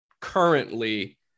currently